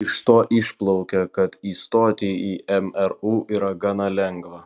iš to išplaukia kad įstoti į mru yra gana lengva